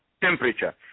Temperature